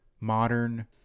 modern